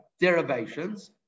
derivations